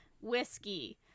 whiskey